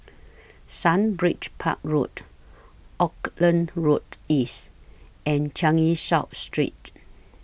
Sundridge Park Road Auckland Road East and Changi South Street